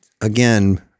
again